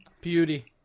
Beauty